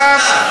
למה אמרת ת'?